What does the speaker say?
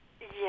Yes